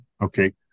Okay